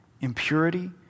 impurity